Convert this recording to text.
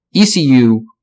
ECU